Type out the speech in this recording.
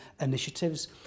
initiatives